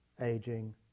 aging